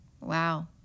wow